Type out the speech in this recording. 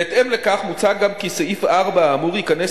בהתאם לכך מוצע גם כי סעיף 4 האמור ייכנס